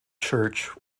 church